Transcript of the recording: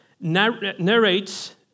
narrates